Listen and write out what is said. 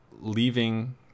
Leaving